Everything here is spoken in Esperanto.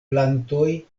plantoj